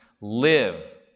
live